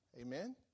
amen